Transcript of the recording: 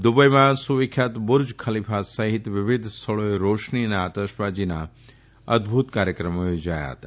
દુબઇમાં સુવિખ્યાત Burj Khalifa સહિત વિવિધ સ્થળોએ રોશની અને આતશબાજીના અદભુત કાર્યક્રમો થોજાયા હતા